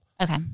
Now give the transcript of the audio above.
Okay